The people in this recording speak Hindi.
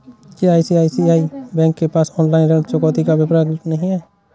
क्या आई.सी.आई.सी.आई बैंक के पास ऑनलाइन ऋण चुकौती का विकल्प नहीं है?